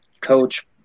coach